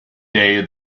day